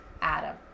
adam